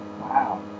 Wow